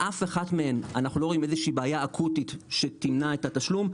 באף אחת אנחנו לא רואים איזו שהיא בעיה אקוטית שתמנע את התשלום,